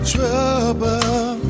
Trouble